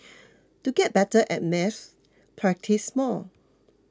to get better at maths practise more